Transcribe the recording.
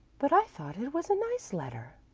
but i thought it was a nice letter,